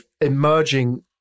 emerging